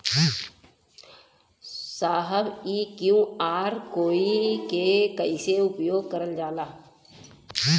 साहब इ QR code के कइसे उपयोग करल जाला?